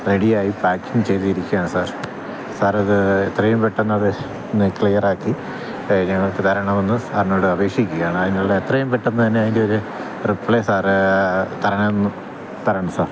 ready ആയി പായ്ക്കും ചെയ്ത് ഇരിക്കുകയാണ് സാര് സാറത് എത്രയും പെട്ടന്നത് നെ ക്ലിയറാക്കി ഞങ്ങള്ക്ക് തരണമെന്ന് സാറിനോട് അപേക്ഷിക്കുകയാണ് അതിനുള്ള എത്രയും പെട്ടന്ന് തന്നെ അതിന്റൊരു റിപ്ലൈ സാറ് തരണം തരണം സാര്